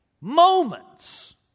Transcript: moments